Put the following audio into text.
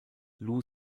lou